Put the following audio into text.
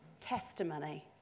testimony